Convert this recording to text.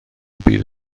bydd